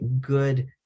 good